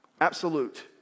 absolute